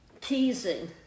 teasing